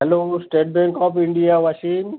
hello state bank of India Washim